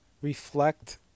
reflect